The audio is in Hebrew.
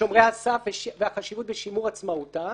שומרי הסף והחשיבות בשימור עצמאותם.